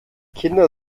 kinder